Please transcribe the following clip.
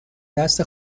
دست